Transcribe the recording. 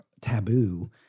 taboo